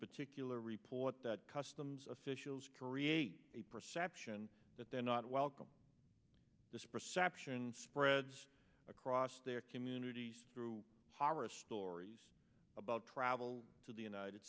particular report that customs officials career a perception that they're not welcome this perception spreads across their communities through poverty stories about travel to the united